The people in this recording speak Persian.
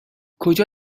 کجا